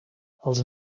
els